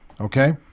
Okay